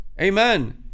amen